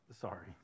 Sorry